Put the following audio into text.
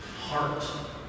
heart